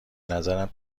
نظرم